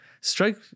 strike